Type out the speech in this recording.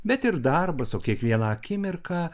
bet ir darbas o kiekvieną akimirką